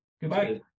Goodbye